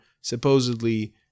supposedly